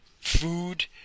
food